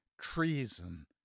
treason